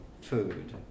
food